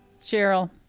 Cheryl